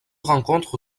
rencontre